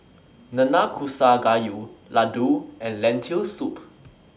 Nanakusa Gayu Ladoo and Lentil Soup